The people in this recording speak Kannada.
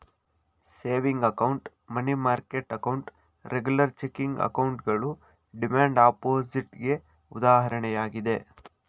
saving account, money market account, regular checking ಅಕೌಂಟ್ಗಳು ಡಿಮ್ಯಾಂಡ್ ಅಪೋಸಿಟ್ ಗೆ ಉದಾಹರಣೆಯಾಗಿದೆ